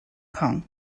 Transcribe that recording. kong